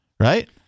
Right